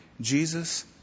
Jesus